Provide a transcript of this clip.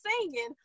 singing